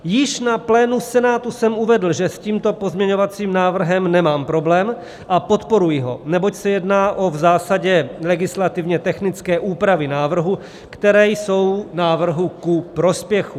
Již na plénu Senátu jsem uvedl, že s tímto pozměňovacím návrhem nemám problém a podporuji ho, neboť se jedná v zásadě o legislativně technické úpravy návrhu, které jsou návrhu ku prospěchu.